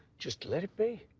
just let it be.